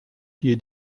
hier